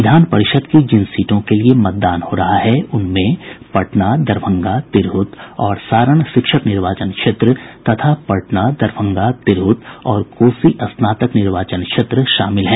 विधान परिषद की जिन सीटों के लिए मतदान हो रहा है उनमें पटना दरभंगा तिरहुत और सारण शिक्षक निर्वाचन क्षेत्र तथा पटना दरभंगा तिरहुत और कोसी स्नातक निर्वाचन क्षेत्र शामिल हैं